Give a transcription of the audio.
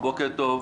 בוקר טוב.